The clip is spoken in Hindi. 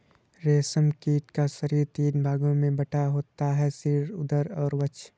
रेशम कीट का शरीर तीन भागों में बटा होता है सिर, उदर और वक्ष